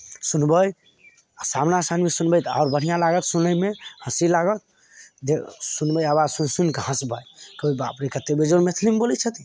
सुनबै आ सामना सामना सुनबै तऽ आओर बढ़िआँ लागत सुनैमे हँसी लागत जे सुनबै आबाज सुनिके हँसबै कहबै बाप रे कतेक बेजोड़ मैथिलीमे बोलैत छथिन